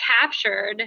captured